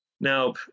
Now